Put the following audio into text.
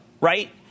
right